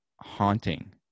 haunting